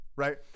Right